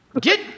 Get